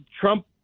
Trump